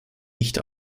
nicht